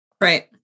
right